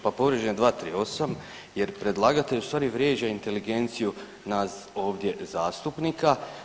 Pa povrijeđen je 238. jer predlagatelj u stvari vrijeđa inteligenciju nas ovdje zastupnika.